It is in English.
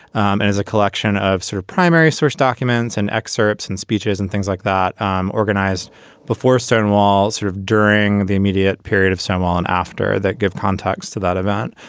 and is a collection of sort of primary source documents and excerpts and speeches and things like that um organized before stonewall, sort of during the immediate period of samaan after that. give context to that event.